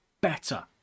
better